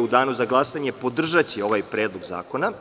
u danu za glasanje, podržaće ovaj predlog zakona.